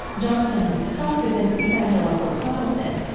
johnston himself is an evangelical protestant,